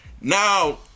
Now